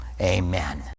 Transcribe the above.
Amen